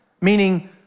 meaning